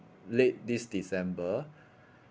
late this december